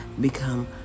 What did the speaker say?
become